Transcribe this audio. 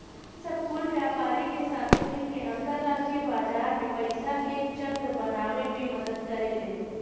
ई सब कुल व्यापारी के साथे मिल के अंतरास्ट्रीय बाजार मे पइसा के चक्र बनावे मे मदद करेलेन